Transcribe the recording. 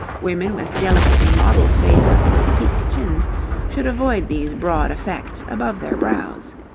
women with delicately modelled faces with peaked chins should avoid these broad effects above their brows.